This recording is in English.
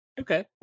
Okay